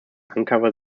uncover